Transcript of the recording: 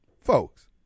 folks